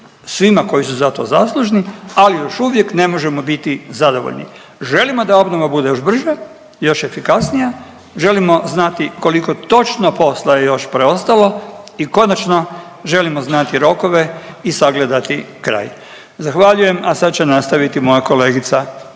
svima koji su za to zaslužni, ali još uvijek ne možemo biti zadovoljni. Želimo da obnova bude još brža, još efikasnija, želimo znati koliko točno posla je još preostalo i konačno želimo znati rokove i sagledati kraj. Zahvaljujem. A sad će nastaviti moja kolegica